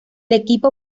equipo